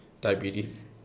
diabetes